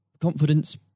confidence